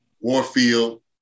Warfield